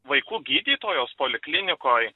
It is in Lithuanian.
vaikų gydytojos poliklinikoj